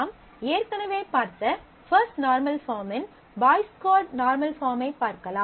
நாம் ஏற்கனவே பார்த்த பஃஸ்ட் நார்மல் பார்மின் பாய்ஸ் கோட் நார்மல் பார்மைப் பார்க்கலாம்